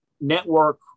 Network